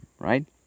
right